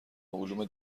علوم